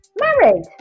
Married